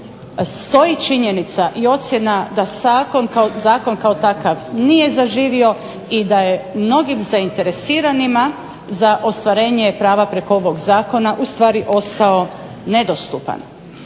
Stoji činjenica i ocjena da zakon kao takav nije zaživio i da je mnogim zainteresiranima za ostvarenje prava preko ovog Zakona u stvari ostao nedostupan.